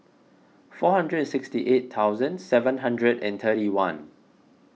four hundred and sixty eight thousand and seven hundred and thirty one